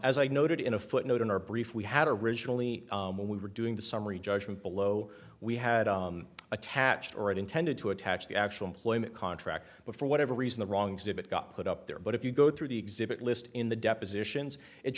as i noted in a footnote in our brief we had originally when we were doing the summary judgment below we had attached or it intended to attach the actual employment contract but for whatever reason the wrong exhibit got put up there but if you go through the exhibit list in the depositions it